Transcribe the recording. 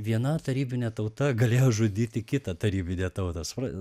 viena tarybinė tauta galėjo žudyti kitą tarybinę tautą suprantat